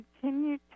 continue